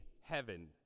heaven